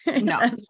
no